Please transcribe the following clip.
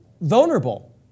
vulnerable